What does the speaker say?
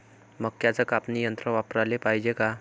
मक्क्याचं कापनी यंत्र वापराले पायजे का?